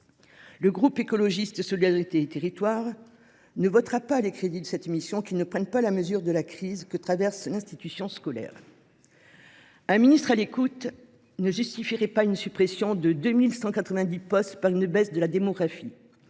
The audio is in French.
le groupe Écologiste – Solidarité et Territoires ne votera pas les crédits de cette mission, qui ne prennent pas la mesure de la crise que traverse l’institution scolaire. Un ministre à l’écoute ne justifierait pas la suppression de 2 190 postes par la baisse de la démographie